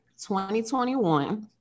2021